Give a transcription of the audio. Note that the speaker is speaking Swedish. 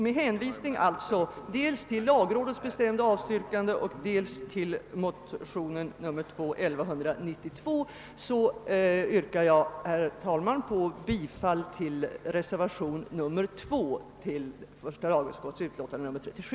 Med hänvisning dels till lagrådets bestämda avstyrkande, dels till motionen 11: 1192 yrkar jag, herr talman, bifall till reservation 2 vid första lagutskottets utlåtande nr 37.